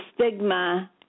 stigma